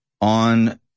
on